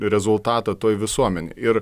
rezultatą toj visuomenėj ir